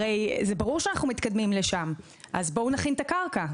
ברור שאנחנו מתקדמים לשם, אז בואו נכין את הקרקע.